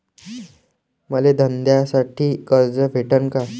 मले धंद्यासाठी कर्ज भेटन का?